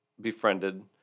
befriended